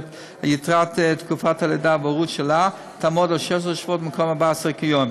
יתרת תקופת הלידה וההורות שלה תעמוד על 16 שבועות במקום 14 כיום,